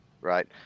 right